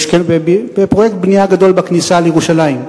בפרויקט בנייה גדול בכניסה לירושלים.